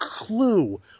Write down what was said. clue